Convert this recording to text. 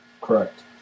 correct